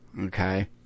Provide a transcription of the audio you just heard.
okay